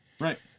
Right